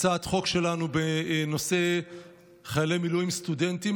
הצעת חוק שלנו בנושא חיילי מילואים סטודנטים,